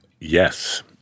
Yes